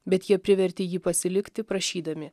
bet jie privertė jį pasilikti prašydami